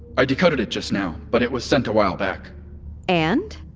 i decoded it just now, but it was sent a while back and?